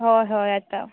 हय हय येता